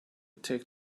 take